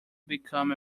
become